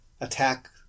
attack